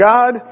God